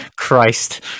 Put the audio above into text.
Christ